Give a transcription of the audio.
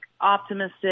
optimistic